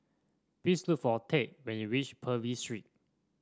please look for Tate when you reach Purvis Street